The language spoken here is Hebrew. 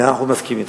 מאה אחוז מסכים אתך.